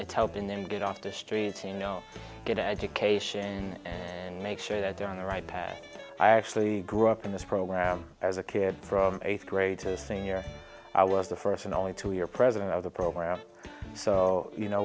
it's helping them get off the streets you know get an education and make sure that they're on the right path i actually grew up in this program as a kid from eighth grade to senior i was the first and only two year president of the program so you know